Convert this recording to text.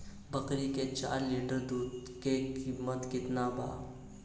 बकरी के चार लीटर दुध के किमत केतना बा?